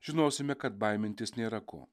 žinosime kad baimintis nėra ko